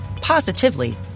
positively